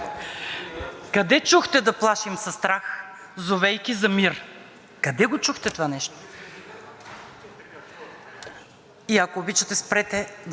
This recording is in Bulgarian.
И ако обичате, спрете да давате съвети на БСП какво да прави. Ние сме партия, която решава сама какво да прави!